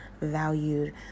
valued